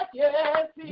yes